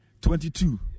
twenty-two